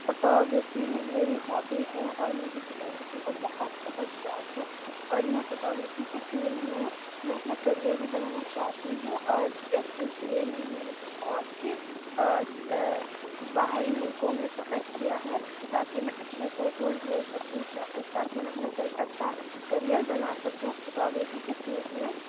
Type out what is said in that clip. photo گرافی میری hobby ہے اور مجھے فوٹو گرافی کا بہت بہت شوق ہے اور میں فوٹو گرافی کے فیلڈ میں میں اپنے کیریئر بھی بنانا چاہتی ہوں اور اس سلسلے میں میں نے بہت سی باہری ملکوں میں سفر کیا ہے تاکہ میں اچھے فوٹوز لے سکوں تاکہ میں اپنے کر اچھا کیریئر بنا سکوں فوٹو گرافی کے فیلڈ میں